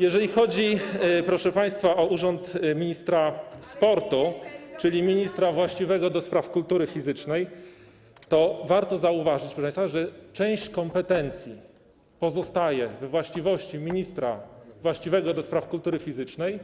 Jeżeli chodzi, proszę państwa, o urząd ministra sportu, czyli ministra właściwego do spraw kultury fizycznej, to warto zauważyć, że część kompetencji pozostaje we właściwości ministra właściwego do spraw kultury fizycznej,